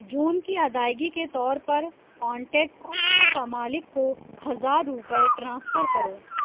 جون کی ادائیگی کے طور پر کانٹیکٹ گھر کا مالک کو ہزار روپئے ٹرانسفر کرو